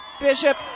Bishop